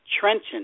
Trenton